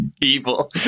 evil